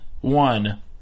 one